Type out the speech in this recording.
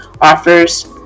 offers